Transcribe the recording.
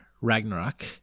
Ragnarok